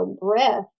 breath